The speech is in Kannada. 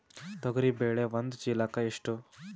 ತೊಗರಿ ಬೇಳೆ ಒಂದು ಚೀಲಕ ಎಷ್ಟು?